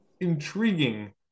intriguing